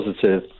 positive